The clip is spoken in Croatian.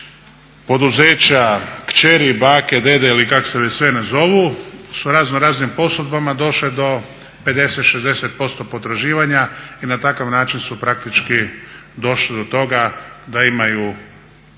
Poduzeća, kćeri, bake, dede ili kak' se već sve ne zovu su razno raznim posudbama došle do 50, 60% potraživanja i na takav način su praktički došli do toga da imaju sve